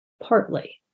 partly